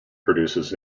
produces